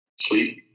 Sleep